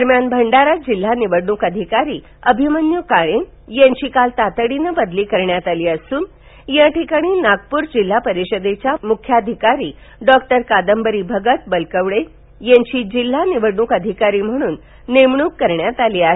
दरम्यान भंडारा जिल्हा निवडण्क अधिकारी अभिमन्य् काळे यांची काल तातडीनं बदली करण्यात आली असून या ठिकाणी नागपुर जिल्हा परिषदेच्या मुख्याधीकारी डॉक्टर कादंबरी भगत बलकवडे यांची जिल्हा निवडणूक अधिकारी म्हणून नेमणूक करण्यात आली आहे